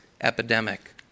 epidemic